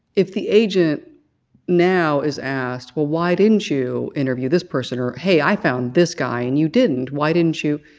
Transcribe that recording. if the agent now is asked well, why didn't you interview this person or, hey, i found this guy and you didn't. why didn't you?